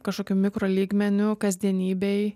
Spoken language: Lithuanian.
kažkokiu mikro lygmeniu kasdienybėj